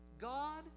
God